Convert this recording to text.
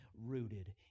rooted